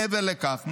מעבר לכך,